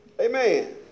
Amen